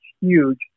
huge